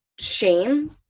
Shame